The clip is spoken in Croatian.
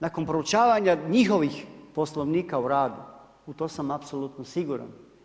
Nakon proučavanja njihovih poslovnika u radu, u to sam apsolutno siguran.